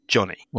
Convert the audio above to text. Johnny